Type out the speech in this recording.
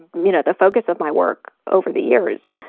you know, the focus of my work over the years.